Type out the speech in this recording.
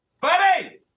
Buddy